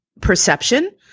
perception